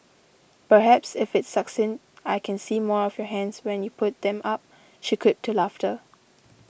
perhaps if it's succinct I can see more of your hands when you put them up she quipped to laughter